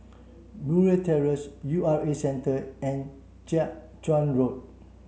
Murray Terrace U R A Centre and Jiak Chuan Road